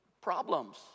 problems